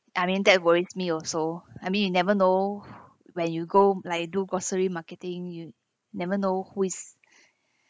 I mean that worries me also I mean you never know when you go like do grocery marketing you never know who is